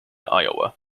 iowa